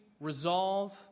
resolve